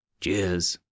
Cheers